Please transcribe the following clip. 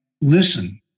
listen